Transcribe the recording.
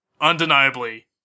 Undeniably